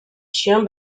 chiens